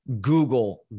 Google